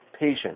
patient